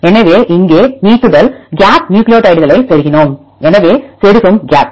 எனவே இங்கே நீக்குதல் கேப் நியூக்ளியோடைட்களை செருகினோம் எனவே செருகும் கேப்